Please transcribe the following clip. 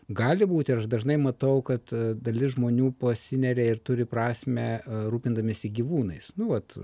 gali būti aš dažnai matau kad dalis žmonių pasineria ir turi prasmę rūpindamiesi gyvūnais nu vat